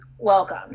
Welcome